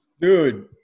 Dude